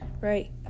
Right